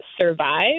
survive